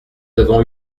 avons